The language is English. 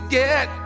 get